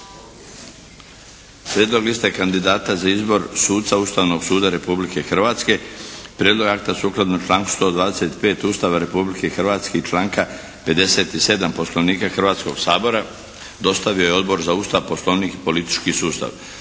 Prijedlog liste kandidata za izbor suca Ustavnog suda Republike Hrvatske Prijedlog akta sukladno članku 125. Ustava Republike Hrvatske i članka 57. Poslovnika Hrvatskoga sabora dostavio je Odbor za Ustav, Poslovnik i politički sustav.